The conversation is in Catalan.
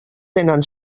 tenen